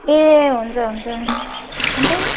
ए हुन्छ हुन्छ अनि त